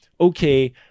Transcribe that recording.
okay